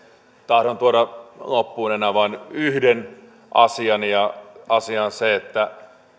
tahdon tuoda loppuun enää vain yhden asian ja asia on se että